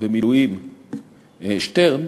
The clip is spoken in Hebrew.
במילואים שטרן,